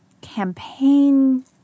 campaign